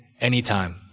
anytime